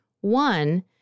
One